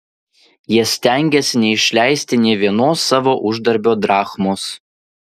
jie stengėsi neišleisti nė vienos savo uždarbio drachmos